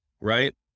right